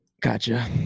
Gotcha